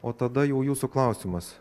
o tada jau jūsų klausimas